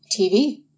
TV